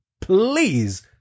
Please